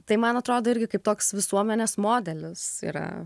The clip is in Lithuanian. tai man atrodo irgi kaip toks visuomenės modelis yra